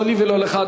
לא לי ולא לך,